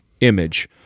image